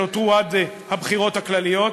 בחודשיים וחצי שנותרו עד לבחירות הכלליות,